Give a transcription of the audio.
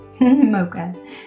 Mocha